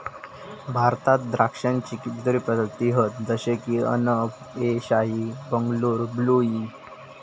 भारतात द्राक्षांची कितीतरी प्रजाती हत जशे की अनब ए शाही, बंगलूर ब्लू ई